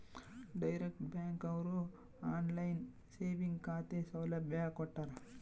direct bank ಅವ್ರು online saving ಖಾತೆ ಸೌಲಭ್ಯ ಕೊಟ್ಟಾರ